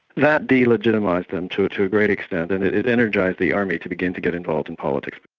that de-legitimised them to to a great extent and it it energised the army to begin to get involved in politics.